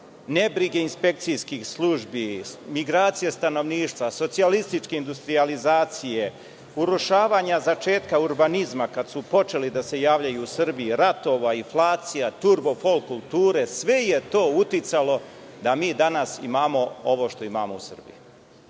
nebrige inspekcijskih službi, migracije stanovništva, socijalističke industrijalizacije, urušavanja začetka urbanizma kada su počeli da se javljaju u Srbiji, ratova, inflacija, turbo folk kulture, sve je to uticalo da mi danas imamo ovo što imamo u Srbiji. Da